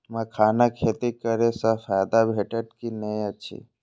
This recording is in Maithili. मखानक खेती करे स फायदा भेटत की नै अछि?